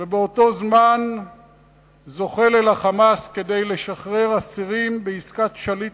ובאותו זמן זוחל אל ה"חמאס" כדי לשחרר אסירים בעסקת שליט